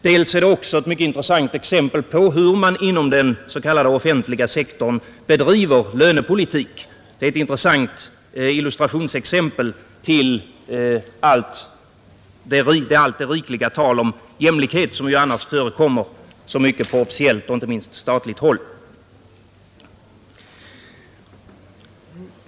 Vidare är det också ett mycket intressant exempel på hur man inom den s.k. offentliga sektorn bedriver lönepolitik, en intressant illustration till allt det rikliga talet om jämlikhet som ju annars förekommer så mycket på officiellt och inte minst statligt håll.